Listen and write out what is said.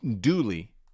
duly